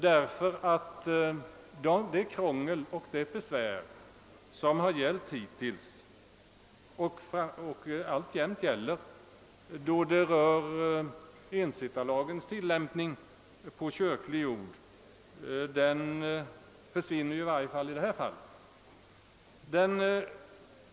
Det krångel som hittills har gällt och alltjämt gäller beträffande ensittarlagens tillämpning på kyrklig jord försvinner därmed i detta fall.